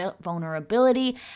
vulnerability